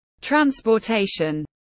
Transportation